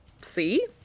See